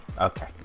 Okay